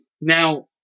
Now